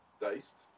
Diced